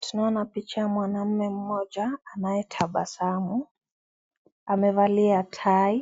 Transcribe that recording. Tunaona picha ya mwanamume mmoja anayetabasamu amevalia tai